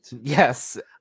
Yes